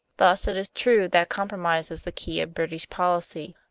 thus it is true that compromise is the key of british policy,